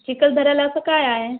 चिखलदऱ्याला असं काय आहे